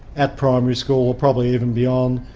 at primary school or probably even beyond.